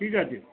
ঠিক আছে